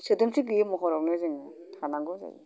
सोदोमस्रि गैयै महरावनो जोङो थानांगौ जायो